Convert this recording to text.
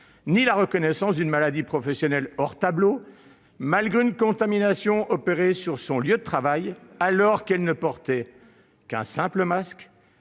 ni la reconnaissance d'une maladie professionnelle « hors tableau », malgré une contamination opérée sur son lieu de travail, alors qu'elle ne portait qu'un simple masque